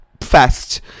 fast